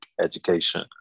education